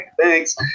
thanks